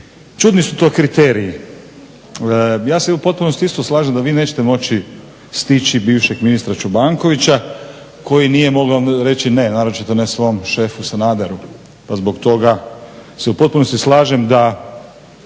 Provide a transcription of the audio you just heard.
Čudni su to kriteriji. Ja se u potpunosti isto slažem da vi nećete moći stići bivšeg ministra Čobankovića koji nije mogao reći ne, naročito ne svom šefu Sanaderu pa zbog toga se u potpunosti se slažem bi